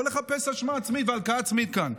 לא לחפש אשמה עצמית והלקאה עצמית כאן.